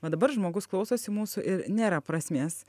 va dabar žmogus klausosi mūsų ir nėra prasmės